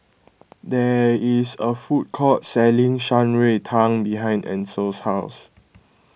there is a food court selling Shan Rui Tang behind Ancil's house